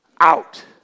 Out